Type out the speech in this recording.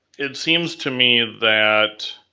it seems to me that